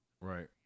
Right